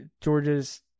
Georgia's